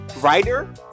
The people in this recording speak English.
writer